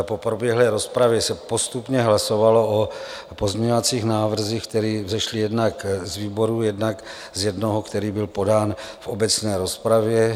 Po proběhlé rozpravě se postupně hlasovalo o pozměňovacích návrzích, které vzešly jednak z výborů, jednak z jednoho, který byl podán v obecné rozpravě.